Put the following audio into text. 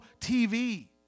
TV